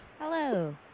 Hello